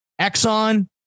Exxon